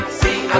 see